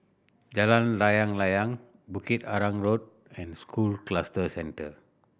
Jalan Layang Layang Bukit Arang Road and School Cluster Centre